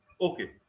Okay